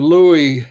Louis